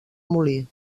molí